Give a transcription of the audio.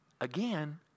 again